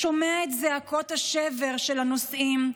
שומע את זעקות השבר של הנוסעים,